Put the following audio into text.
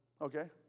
Okay